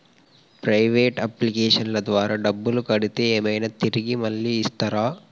Private అప్లికేషన్ల ద్వారా డబ్బులు కడితే ఏమైనా తిరిగి మళ్ళీ ఇస్తరా?